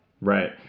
Right